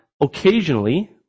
Occasionally